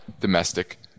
domestic